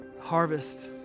Harvest